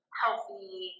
healthy